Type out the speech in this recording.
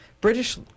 British